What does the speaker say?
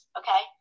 okay